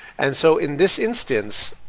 and so in this instance,